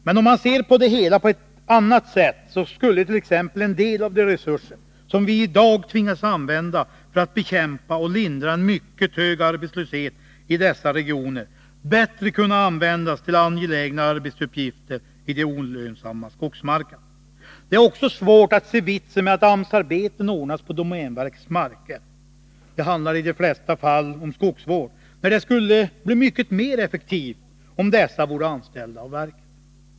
Men om man ser på det hela på ett annat sätt, så finner man t.ex. att en del av de resurser som vi i dag tvingas använda för att bekämpa och lindra en mycket hög arbetslöshet i dessa regioner skulle kunna användas bättre till angelägna arbetsuppgifter i de olönsamma skogsmarkerna. Det är också svårt att se vitsen med att AMS-arbeten ordnas på domänverkets marker — det handlar i de flesta fall om skogsvård — när det skulle bli mycket mer effektivt om de personer det gäller vore anställda av verket.